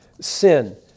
sin